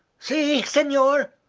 see, signore!